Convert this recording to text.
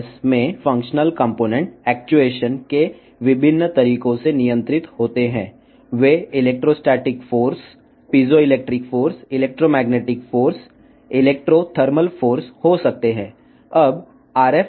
MEMS functional భాగాలు వివిధ పద్ధతుల ద్వారా నియంత్రించబడతాయి అవి విద్యుదయస్కాంత శక్తులు పైజోఎలెక్ట్రిక్ శక్తులు విద్యుదయస్కాంత శక్తులు ఎలక్ట్రో థర్మల్ శక్తులు కావచ్చు